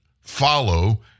follow